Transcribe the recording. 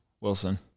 Wilson